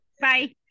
Bye